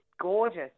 gorgeous